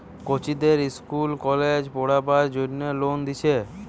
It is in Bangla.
কচিদের ইস্কুল কলেজে পোড়বার জন্যে লোন দিচ্ছে